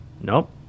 Nope